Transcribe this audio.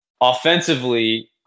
offensively –